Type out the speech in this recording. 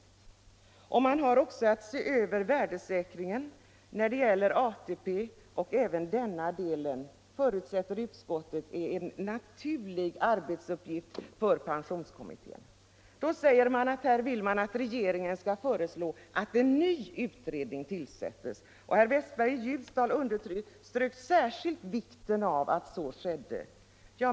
Kommittén har också att se över värdesäkringen när det gäller ATP, och även denna del förutsätter utskottet är en naturlig arbetsuppgift för pensionskommittén. Nu säger man att man vill att regeringen skall föreslå att en ny utredning tillsätts. Herr Westberg i Ljusdal underströk särskilt vikten av att så skedde.